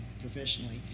professionally